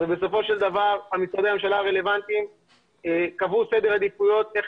ובסופו של דבר משרדי הממשלה הרלוונטיים קבעו סדר עדיפויות איך